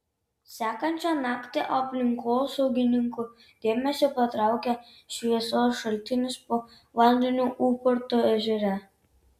sekančią naktį aplinkosaugininkų dėmesį patraukė šviesos šaltinis po vandeniu ūparto ežere